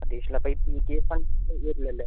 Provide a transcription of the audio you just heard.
additional അപ്പോൾ ഈ P T A fund വരില്ലല്ലേ